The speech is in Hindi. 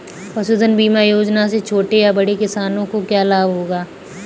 पशुधन बीमा योजना से छोटे या बड़े किसानों को क्या लाभ होगा?